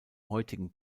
heutigen